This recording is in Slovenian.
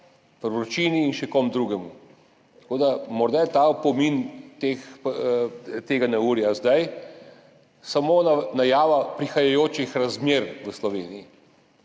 vročini in še čem drugem, tako da je morda ta opomin tega neurja zdaj samo najava prihajajočih razmer v Sloveniji.